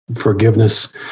forgiveness